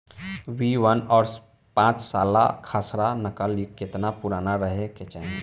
B one और पांचसाला खसरा नकल केतना पुरान रहे के चाहीं?